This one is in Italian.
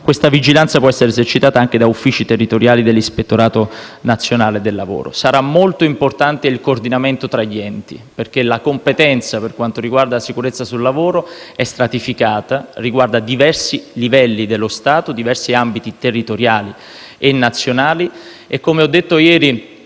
questa vigilanza può essere esercitata anche da uffici territoriali dell'Ispettorato nazionale del lavoro. Sarà molto importante il coordinamento tra gli enti perché la competenza, per quanto riguarda la sicurezza sul lavoro, è stratificata; riguarda diversi livelli dello Stato, diversi ambiti territoriali e nazionali